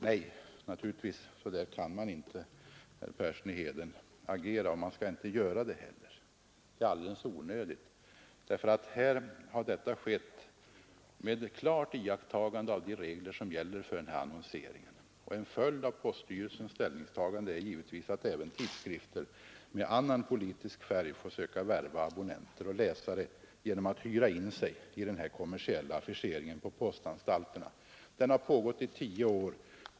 Nej, herr Persson i Heden, så bör man inte och skall man inte agera! Det är alldeles onödigt. Här har annonseringen skett med klart iakttagande av de regler som gäller. En följd av poststyrelsens ställningstagande är givetvis att även tidskrifter med annan politisk färg får försöka värva abonnenter och läsare genom att hyra in sig i den kommersiella affischeringen på postanstalterna. Den har som sagt pågått i tio år.